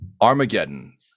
Armageddon